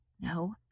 no